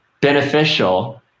beneficial